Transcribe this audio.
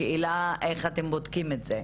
השאלה איך אתם בודקים את זה.